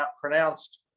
pronounced